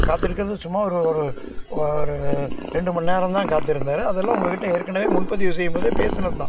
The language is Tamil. காத்திருக்கிறது சும்மா ஒரு ஒரு ஒரு ரெண்டு மணிநேரம் தான் காத்திருந்தார் அதெல்லாம் உங்கள்கிட்ட ஏற்கனவே முன்பதிவு செய்யும் போதே பேசினது தான்